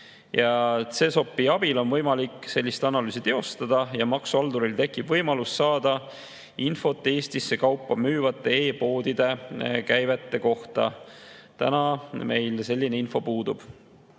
CESOP-i abil on võimalik sellist analüüsi teostada ja maksuhalduril tekib võimalus saada infot Eestisse kaupa müüvate e-poodide käivete kohta. Täna meil selline info puudub.